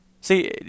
See